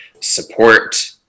support